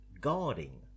guarding